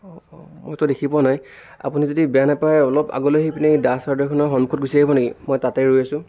অঁ অঁ মইতো দেখি পোৱা নাই আপুনি যদি বেয়া নাপায় অলপ আগলৈ আহি পিনি দাস হাৰ্ডৱেৰখনৰ সন্মুখত গুচি আহিব নেকি মই তাতে ৰৈ আছোঁ